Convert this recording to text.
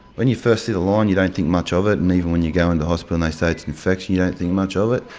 when you first see the line you don't think much of it and even when you go into hospital they say it's an infection you don't think much of it,